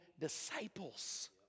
disciples